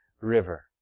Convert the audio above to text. River